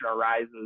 arises